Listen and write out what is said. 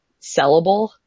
sellable